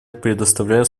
предоставляю